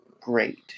great